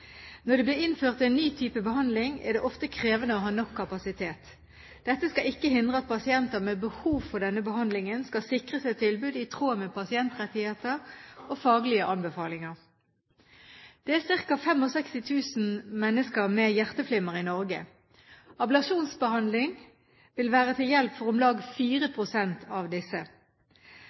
Når det blir innført en ny type behandling, er det ofte krevende å ha nok kapasitet. Dette skal ikke hindre at pasienter med behov for denne behandlingen skal sikre seg tilbud i tråd med pasientrettigheter og faglige anbefalinger. Det er ca. 65 000 mennesker med hjerteflimmer i Norge. Ablasjonsbehandling vil være til hjelp for om lag 4 pst. av disse.